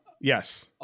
Yes